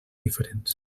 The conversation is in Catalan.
diferents